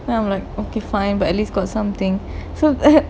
then I'm like okay fine but at least got somethings so err